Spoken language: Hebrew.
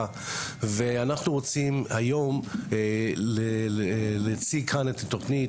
אנחנו רוצים היום להציג כאן בפניכם את התוכנית.